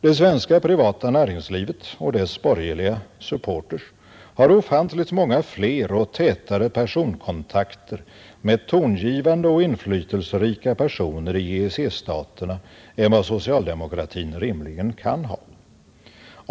Det svenska privata näringslivet och dess borgerliga supporters har ofantligt många fler och tätare personkontakter med tongivande och inflytelserika personer i EEC-staterna än vad socialdemokratin rimligen kan ha.